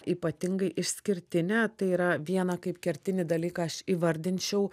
ypatingai išskirtinė tai yra vieną kaip kertinį dalyką aš įvardinčiau